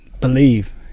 believe